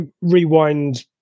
rewind